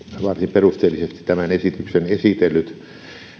varsin perusteellisesti tämän esityksen esitellyt